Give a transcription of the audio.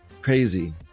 Crazy